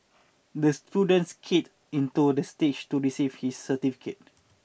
the student skated in toward the stage to receive his certificate